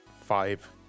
five